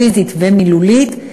פיזית ומילולית,